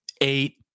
Eight